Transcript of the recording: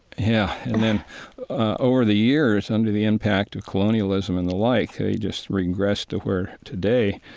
yeah. and then over the years, under the impact of colonialism and the like, they just regressed to where, today,